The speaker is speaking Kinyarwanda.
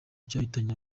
cyahitanye